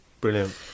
brilliant